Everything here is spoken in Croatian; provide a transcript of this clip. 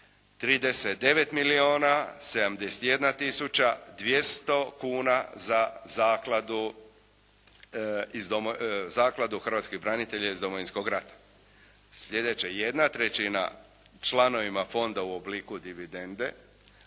39 milijuna 71 tisuća 200 kuna za Zakladu hrvatskih branitelja iz Domovinskog rata. Sljedeće. Jedna trećina članovima fonda u obliku dividende